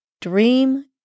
Dream